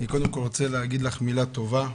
קודם כל אני רוצה להגיד לך מילה טובה.